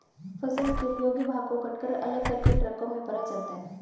फसल के उपयोगी भाग को कटकर अलग करके ट्रकों में भरा जाता है